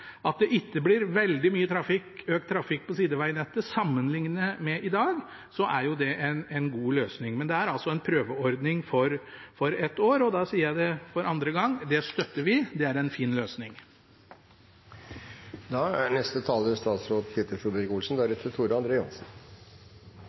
det ikke blir veldig mye økt trafikk på sidevegnettet sammenlignet med i dag, er det en god løsning. Men det er altså en prøveordning for ett år, og jeg sier for andre gang: Det støtter vi, det er en fin løsning. Jeg synes det er